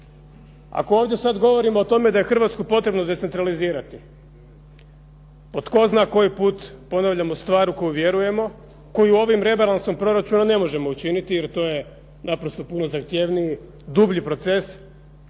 Ako ovdje sad govorimo o tome da je Hrvatsku potrebno decentralizirati, po tko zna koji put ponavljamo stvar u koju vjerujemo, koju ovim rebalansom proračuna ne možemo učiniti jer to je naprosto puno zahtjevniji, dublji proces,